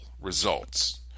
results